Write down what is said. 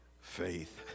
Faith